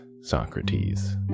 Socrates